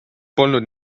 polnud